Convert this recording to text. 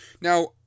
Now